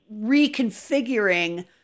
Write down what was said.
reconfiguring